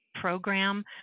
program